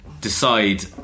decide